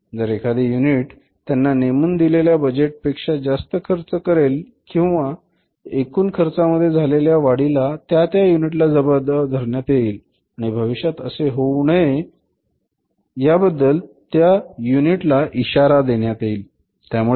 जर एखादे युनिट त्यांना नेमून दिलेल्या बजेट पेक्षा जास्त खर्च करेल तेव्हा एकूण खर्चामध्ये झालेल्या वाढीला त्या त्या युनिटला जबाबदार धरण्यात येईल आणि भविष्यात असे होऊ नये याबद्दल त्या युनिटला इशारा देण्यात येईल